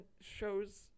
shows